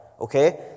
okay